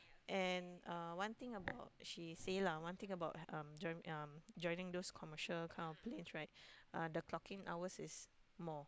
and uh one thing about she say lah one thing about um driving um driving those commercial kind of planes right uh the clocking hours is more